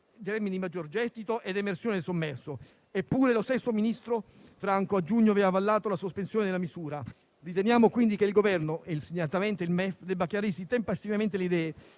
dell'IVA, di maggior gettito e di emersione del sommerso. Eppure, lo stesso ministro Franco a giugno aveva avallato la sospensione della misura. Riteniamo quindi che il Governo e segnatamente il MEF debbano chiarirsi tempestivamente le idee